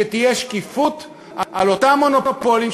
שתהיה שקיפות של אותם מונופולים,